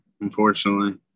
unfortunately